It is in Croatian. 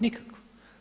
Nikakva.